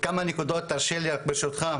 כמה נקודות, ברשותך.